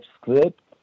script